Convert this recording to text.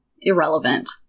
Irrelevant